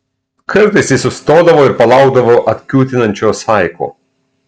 kartais jis sustodavo ir palaukdavo atkiūtinančio saiko